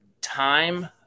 time